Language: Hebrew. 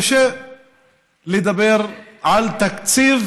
קשה לדבר על תקציב